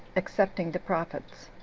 excepting the prophets.